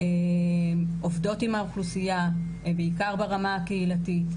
גם במחוז דרום אנחנו בקשר עם מנהלת הנפה ואנחנו מנסים לפתח